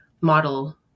model